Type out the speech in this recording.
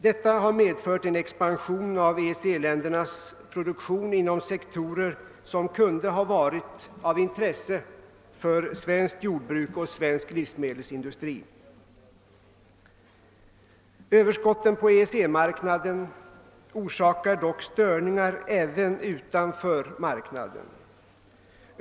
Detta har medfört en expansion av EEC-ländernas produktion inom sektorer som kunde ha varit av intresse för svenskt jordbruk och svensk livsmedelsindustri. Överskotten på EEC-marknaden orsakar dock störningar även utanför marknaden.